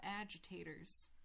agitators